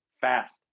fast